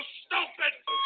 stupid